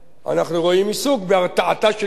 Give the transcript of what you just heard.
אנחנו רואים עיסוק בהרתעה של ישראל.